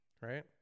Right